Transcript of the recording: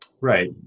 Right